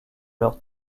leurs